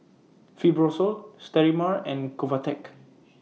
Fibrosol Sterimar and Convatec